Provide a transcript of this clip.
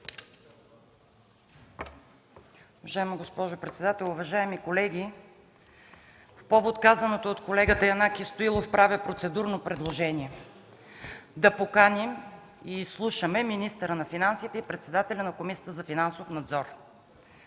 Уважаема госпожо председател, уважаеми колеги! По повод казаното от колегата Янаки Стоилов правя процедурно предложение – да поканим и изслушаме министъра на финансите и председателя на Комисията за финансов надзор.